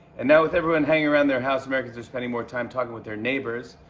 and now, with everyone hanging around their house, americans are spending more time talking with their neighbors,